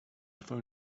phone